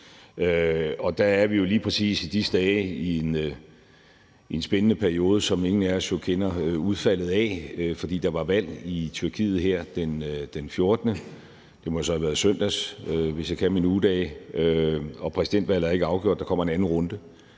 Og der er vi jo lige præcis i disse dage i en spændende periode, som ingen af os kender udfaldet af, fordi der var valg i Tyrkiet her den 14. – det må så have været i søndags, hvis jeg kan mine ugedage – og præsidentvalget er ikke afgjort. Der kommer en anden runde.